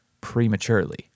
prematurely